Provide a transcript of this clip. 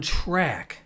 track